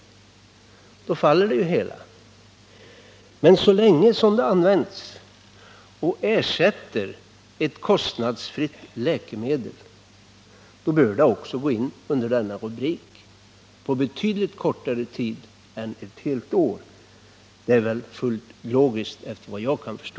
Då faller hela frågan. Men så länge det används och ersätter ett kostnadsfritt läkemedel bör det kunna gå in under denna rubrik, och det bör ske betydligt tidigare än efter ett helt år. Det är fullt logiskt efter vad jag kan förstå.